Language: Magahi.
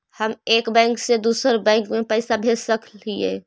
हम एक बैंक से दुसर बैंक में पैसा भेज सक हिय?